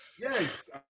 Yes